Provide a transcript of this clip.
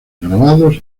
grabados